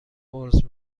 عذر